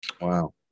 Wow